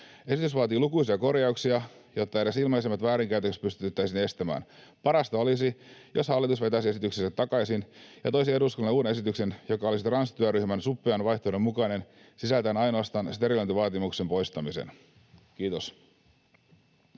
Esitys vaatii lukuisia korjauksia, jotta edes ilmeisimmät väärinkäytökset pystyttäisiin estämään. Parasta olisi, jos hallitus vetäisi esityksensä takaisin ja toisi eduskunnalle uuden esityksen, joka olisi transtyöryhmän suppean vaihtoehdon mukainen sisältäen ainoastaan sterilointivaatimuksen poistamisen. — Kiitos.